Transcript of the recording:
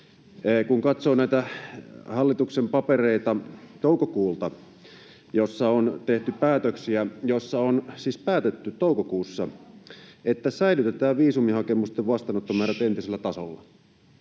Kun katsoo näitä hallituksen papereita toukokuulta, jolloin on tehty päätöksiä, siis on päätetty toukokuussa, että säilytetään viisumihakemusten vastaanottomäärät entisellä tasolla,